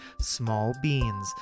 smallbeans